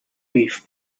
beef